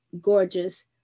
gorgeous